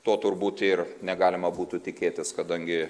to turbūt ir negalima būtų tikėtis kadangi